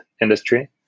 industry